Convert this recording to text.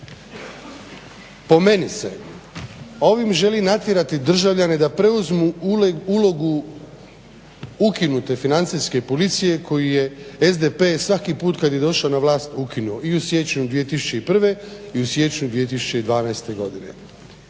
Po meni se ovim želim natjerati državljane da preuzmu ulogu ukinute financijske policije koju je SDP svaki put kada je došao na vlast ukinuo i u siječnju 2001.i u siječnju 2010.godine.